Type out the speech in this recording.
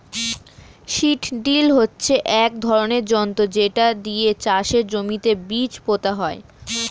seed drill হচ্ছে এক ধরনের যন্ত্র যেটা দিয়ে চাষের জমিতে বীজ পোতা হয়